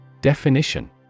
Definition